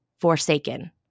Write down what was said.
forsaken